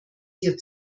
hier